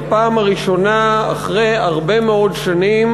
בפעם הראשונה אחרי הרבה מאוד שנים,